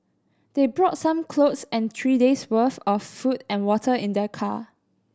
they brought some clothes and three days' worth of food and water in their car